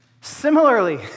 Similarly